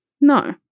No